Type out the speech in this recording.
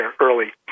early